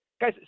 guys